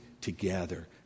together